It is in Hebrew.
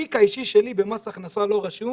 התיק האישי שלי במס הכנסה לא רשום,